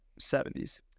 70s